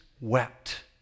wept